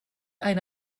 eine